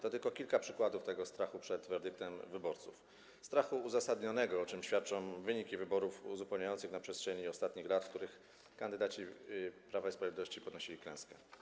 To tylko kilka przykładów tego strachu przed werdyktem wyborców, strachu uzasadnionego, o czym świadczą wyniki wyborów uzupełniających na przestrzeni ostatnich lat, w których kandydaci Prawa i Sprawiedliwości ponosili klęskę.